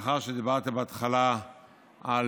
לאחר שדיברתי בהתחלה על